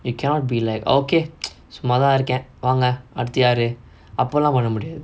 you cannot be like okay சும்மாதா இருக்க வாங்க அடுத்து யாரு அப்பலா பண்ண முடியாது:summathaa irukka vaanga aduthu yaaru appalaa panna mudiyaathu